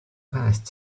passed